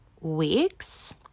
weeks